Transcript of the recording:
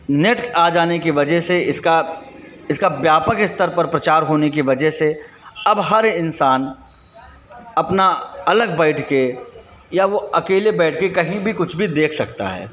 net आ जाने के वजह से इसका इसका व्यापक स्तर पर प्रचार होने की वजह से अब हर इंसान अपना अलग बैठ कर या वह अकेले बैठ कर कहीं भी कुछ भी देख सकता है